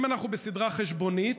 אם אנחנו בסדרה חשבונית,